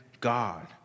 God